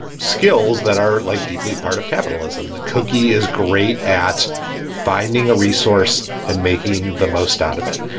skills that are like deeply part of capitalism. that cookie is great at finding a resource and making the most out of it.